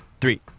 three